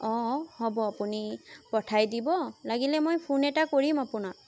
অঁ হ'ব আপুনি পঠাই দিব লাগিলে মই ফোন এটা কৰিম আপোনাক